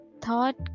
thought